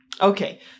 Okay